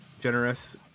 generous